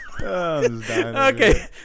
Okay